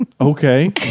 okay